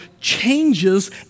changes